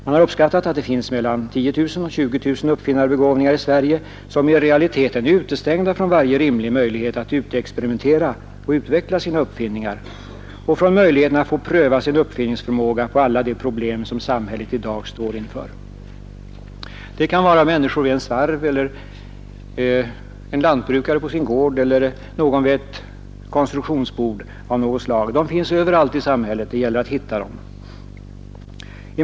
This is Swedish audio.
Man har uppskattat att det finns mellan 10 000 och 20 000 uppfinnarbegåvningar i Sverige, som i realiteten är utestängda från varje rimlig möjlighet att utexperimentera och utveckla sina uppfinningar och från möjligheten att få pröva sin uppfinningsförmåga på alla de problem som samhället i dag står inför. Det kan vara en människa vid en svarv, en lantbrukare på sin gård eller någon vid ett konstruktionsbord av något slag. De finns överallt i samhället, och det gäller nu att snarast hitta dem.